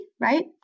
right